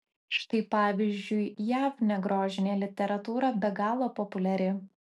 štai pavyzdžiui jav negrožinė literatūra be galo populiari